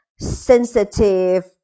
sensitive